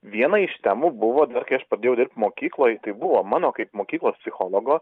viena iš temų buvo dar kai aš pradėjau dirbt mokykloj tai buvo mano kaip mokyklos psichologo